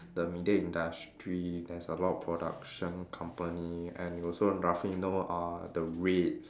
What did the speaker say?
the media industry there's a lot production company and you also roughly know uh the rates